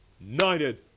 united